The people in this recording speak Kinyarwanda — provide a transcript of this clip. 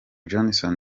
johnson